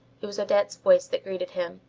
it was odette's voice that greeted him.